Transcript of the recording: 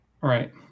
Right